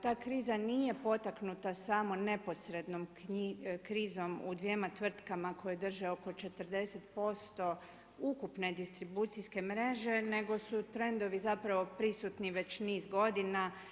Ta kriza nije potaknuta samo neposrednom krizom u dvjema tvrtka koje drže oko 40% ukupne distribucijske mreže nego su trendovi prisutni već niz godina.